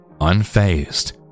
Unfazed